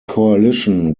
coalition